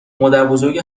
مادربزرگ